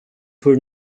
poor